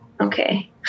Okay